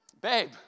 babe